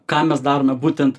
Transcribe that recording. ką mes darome būtent